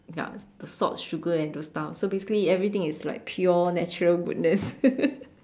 ya salt sugar and those stuff so basically everything is like pure natural goodness